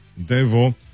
Devo